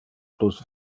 plus